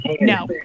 No